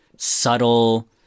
subtle